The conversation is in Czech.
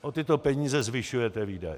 O tyto peníze zvyšujete výdaje.